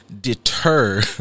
deter